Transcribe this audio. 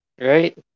Right